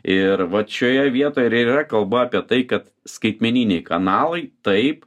ir vat šioje vietoje ir yra kalba apie tai kad skaitmeniniai kanalai taip